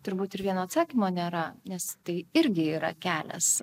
turbūt ir vieno atsakymo nėra nes tai irgi yra kelias